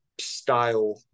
style